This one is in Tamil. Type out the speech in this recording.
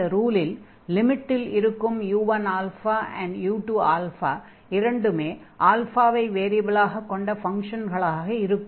இந்த ரூலில் லிமிட்டில் இருக்கும் u1 u2α இரண்டுமே ஆல்ஃபாவை " வேரியபிலாக கொண்ட ஃபங்ஷன்களாக இருக்கும்